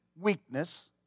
weakness